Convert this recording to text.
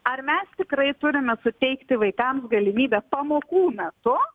ar mes tikrai turime suteikti vaikams galimybę pamokų metu